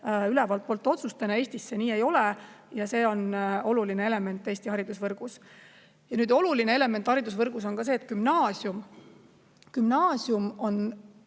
ülevaltpoolt otsuste alusel. Eestis see nii ei ole ja see on oluline element Eesti haridusvõrgus. Ja oluline element haridusvõrgus on ka see, et gümnaasium on